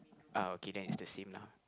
uh okay then it's the same lah